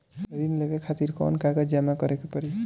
ऋण लेवे खातिर कौन कागज जमा करे के पड़ी?